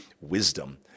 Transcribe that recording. wisdom